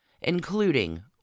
including